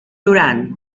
durán